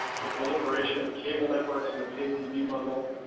the proliferation of cable networks and the pay-tv bundle,